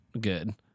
good